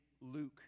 Luke